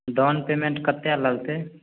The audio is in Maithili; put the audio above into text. डाउन पेमेण्ट कतेक लगतै